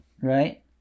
Right